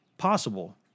possible